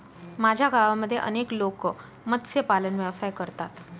माझ्या गावामध्ये अनेक लोक मत्स्यपालन व्यवसाय करतात